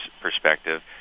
perspective